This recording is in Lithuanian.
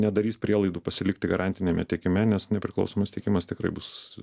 nedarys prielaidų pasilikti garantiniame tiekime nes nepriklausomas tiekimas tikrai bus